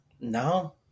No